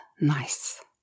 nice